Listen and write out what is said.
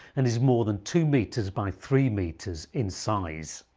and is more than two metres by three metres in size.